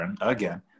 again